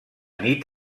nit